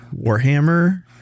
Warhammer –